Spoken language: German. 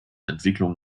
entwicklung